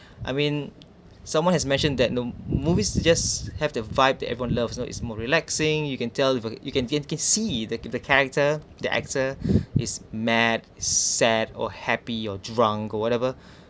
I mean someone has mentioned that you know movies just have the fight to even love so is more relaxing you can tell you you can you can see that the character the actor is mad sad or happy or drunk or whatever